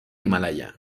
himalaya